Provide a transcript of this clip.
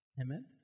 Amen